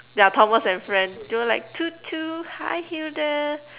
yeah Thomas-and-friends they were like toot toot hi Hilda